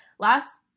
Last